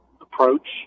approach